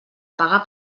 pagar